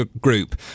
group